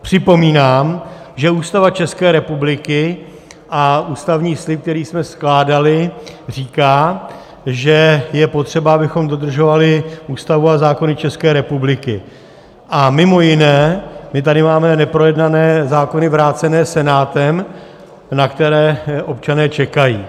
Připomínám, že Ústava České republiky a ústavní slib, který jsme skládali, říká, že je potřeba, abychom dodržovali Ústavu a zákony České republiky, a mimo jiné my tady máme neprojednané zákony vrácené Senátem, na které občané čekají.